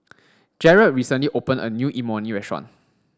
Jaret recently opened a new Imoni restaurant